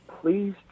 please